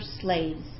slaves